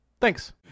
Thanks